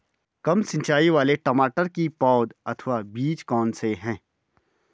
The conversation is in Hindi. कम सिंचाई वाले टमाटर की पौध अथवा बीज कौन से हैं?